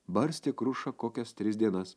barstė krušą kokias tris dienas